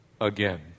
again